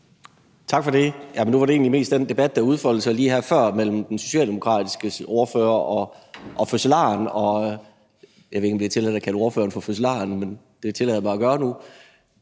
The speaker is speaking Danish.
Tak for det. Nu var det jo egentlig mest til den debat, der udfoldede sig her lige før mellem den socialdemokratiske ordfører og fødselaren – jeg ved ikke, om det er tilladt at kalde ordføreren for fødselaren, men det tillader jeg